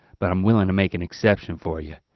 but i'm willing to make an exception for you.